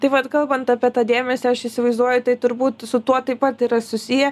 tai vat kalbant apie tą dėmesį aš įsivaizduoju tai turbūt su tuo taip pat yra susiję